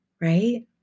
right